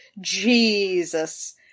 Jesus